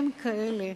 הם כאלה.